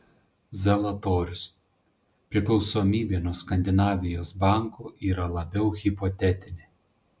zalatorius priklausomybė nuo skandinavijos bankų yra labiau hipotetinė